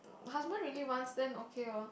husband really wants then okay lor